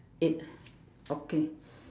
eight okay